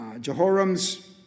Jehoram's